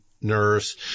nurse